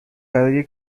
برای